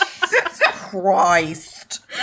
Christ